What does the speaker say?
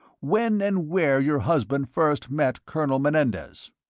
when and where your husband first met colonel menendez?